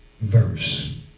verse